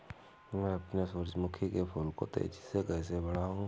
मैं अपने सूरजमुखी के फूल को तेजी से कैसे बढाऊं?